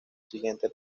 siguiente